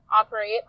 operate